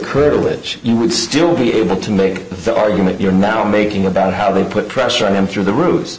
privilege you would still be able to make the argument you're now making about how they put pressure on him through the ro